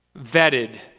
vetted